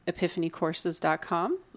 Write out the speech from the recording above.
epiphanycourses.com